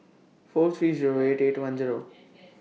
four three Zero eight eight one Zero